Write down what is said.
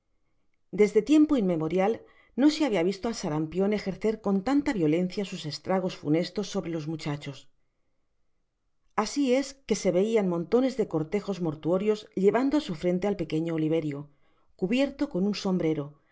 desde tiempo inmemorial no se habia visto al serampion ejercer con tanta violencia sus estragos funestos sobrelos muchachos asi es que se veian montones de cortejos mortuorios llevando á su frente al pequeño oliverio cubierto con un sombrero